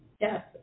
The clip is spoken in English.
yes